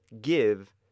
give